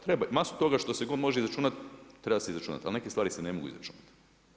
Treba masu toga što se može god može izračunati, treba se izračunati, ali neke stvari se ne mogu izračunati.